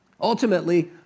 Ultimately